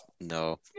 No